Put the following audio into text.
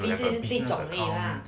think of ways lah